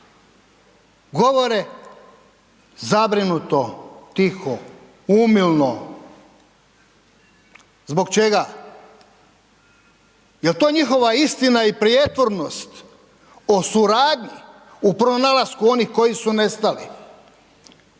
govore zabrinuto, tiho, umilno. Zbog čega? Je li to njihova istina i prijetvornost o suradnji u pronalasku onih koji su nestali?